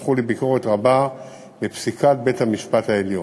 יצרו חוסר ודאות וזכו לביקורת רבה בפסיקת בית-המשפט העליון.